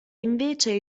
invece